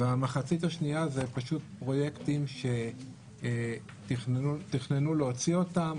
והמחצית השנייה אלה פרויקטים שתכננו להוציא אותם,